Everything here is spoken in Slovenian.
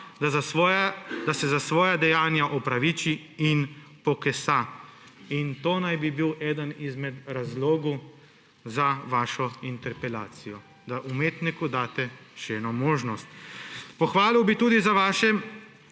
da se za svoja dejanja opraviči in pokesa. To naj bi bil eden izmed razlogov za vašo interpelacijo – da umetniku daste še eno možnost. Pohvalil bi tudi vaše